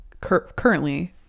Currently